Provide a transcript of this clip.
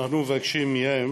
מבקשים מהם